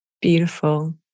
beautiful